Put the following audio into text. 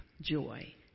joy